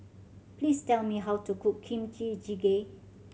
please tell me how to cook Kimchi Jjigae